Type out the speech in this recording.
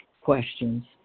questions